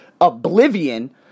oblivion